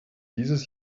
dieses